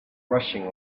rushing